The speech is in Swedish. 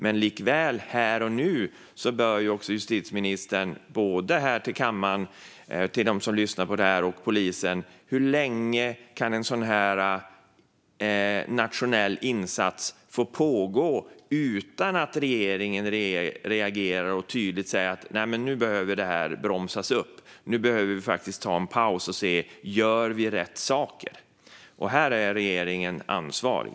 Men här och nu bör justitieministern tala om för kammaren, för dem som lyssnar på detta och för polisen hur länge en sådan här nationell insats får pågå utan att regeringen reagerar och tydligt säger: Nej, nu behöver detta bromsas. Nu behöver vi faktiskt ta en paus och se om vi gör rätt saker. Här är regeringen ansvarig.